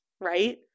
right